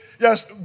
yes